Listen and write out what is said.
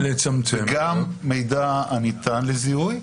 גם מידע הניתן לזיהוי.